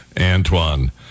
Antoine